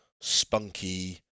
spunky